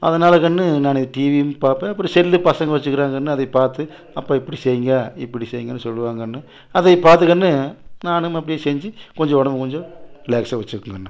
அதனால் கண்ணு நானும் டிவியும் பார்ப்பேன் அப்பறம் செல் பசங்கள் வச்சிக்கிறாங்கள் கண்ணு அதை பார்த்து அப்பா இப்படி செய்யுங்க இப்படி செய்யுங்கனு சொல்லுவாங்கண்ணு அதை பார்த்து கண்ணு நானும் அப்படியே செஞ்சு கொஞ்சம் உடம்பு கொஞ்சம் ரிலாக்ஸாக வச்சுக்குவேன் கண்ணு